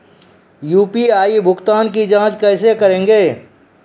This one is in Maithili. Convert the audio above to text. यु.पी.आई भुगतान की जाँच कैसे करेंगे?